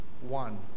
one